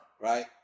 right